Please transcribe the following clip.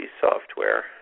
software